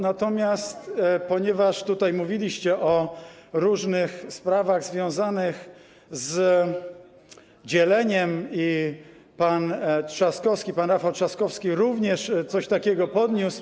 Natomiast ponieważ tutaj mówiliście o różnych sprawach związanych z dzieleniem i pan Trzaskowski, pan Rafał Trzaskowski również coś takiego podniósł.